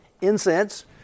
incense